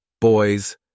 Boys